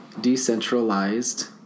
decentralized